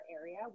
area